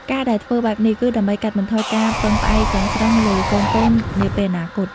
ការដែលធ្វើបែបនេះ គឺដើម្បីកាត់បន្ថយការពឹងផ្អែកទាំងស្រុងលើកូនៗនាពេលអនាគត។